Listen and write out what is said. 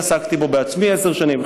אני עסקתי בו בעצמי עשר שנים,